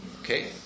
Okay